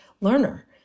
learner